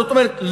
זאת אומרת,